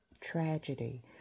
tragedy